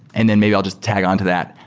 and then maybe i'll just tag onto that.